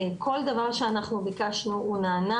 כל דבר שביקשנו-הוא נענה,